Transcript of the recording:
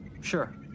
Sure